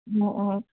অঁ অঁ